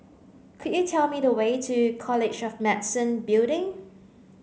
could you tell me the way to College of Medicine Building